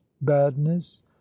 badness